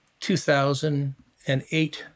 2008